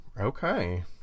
Okay